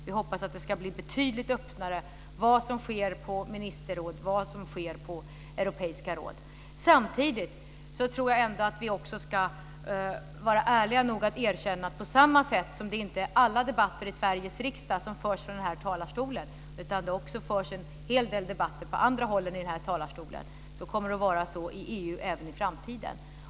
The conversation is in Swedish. Vi hoppas att det ska bli betydligt öppnare när det gäller vad som sker på ministerråd och europeiska råd. Samtidigt tror jag ändå att vi också ska vara ärliga nog att erkänna att på samma sätt som det inte är alla debatter i Sveriges riksdag som förs från den här talarstolen - det förs också en hel del debatter på andra håll - kommer det att vara så även i EU i framtiden.